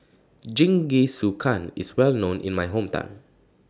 Jingisukan IS Well known in My Hometown